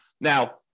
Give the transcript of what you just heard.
Now